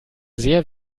sehr